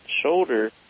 shoulder